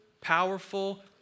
powerful